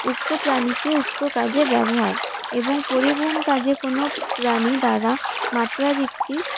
উক্ত প্রাণীকে উক্ত কাজে ব্যবহার এবং পরিবহণ কাজে কোন প্রাণী দ্বারা মাত্রাতিরিক্ত